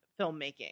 filmmaking